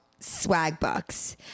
Swagbucks